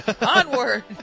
Onward